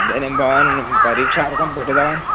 इदानीं भवान् परीक्षार्थं पठितवान्